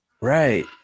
Right